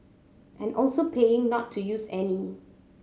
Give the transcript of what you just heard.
and also paying not to use any